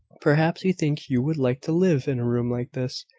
perhaps you think you would like to live in a room like this,